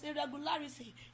irregularity